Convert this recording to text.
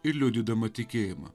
ir liudydama tikėjimą